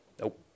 Nope